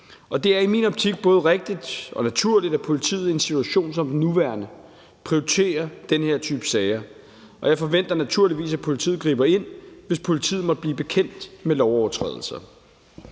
Det er i min optik både rigtigt og naturligt, at politiet i en situation som den nuværende prioriterer den her type sager, og jeg forventer naturligvis, at politiet griber ind, hvis politiet måtte blive bekendt med lovovertrædelser.